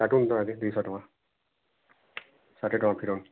କାଟନ୍ତୁ ତ ଆଗେ ଦୁଇଶହ ଟଙ୍କା ଷାଠିଏ ଟଙ୍କା ଫେରାନ୍ତୁ